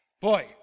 boy